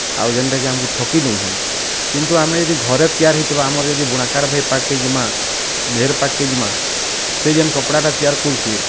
ଆଉ ଯେନ୍ତା କି ଆମକୁ ଠକି ଦଉଛନ୍ କିନ୍ତୁ ଆମେ ଯଦି ଘରେ ତିଆରି ହେଇଥିମା ଆମର୍ ଯଦି ବୁଣାକାର୍ ଭାଇ ପାଖକେ ଜିମା ମେହର୍ ପାଖ କେ ଜିମା ସେ ଯେନ୍ କପଡ଼ା ଟା ତିଆରି କରୁଛି